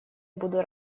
буду